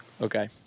Okay